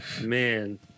man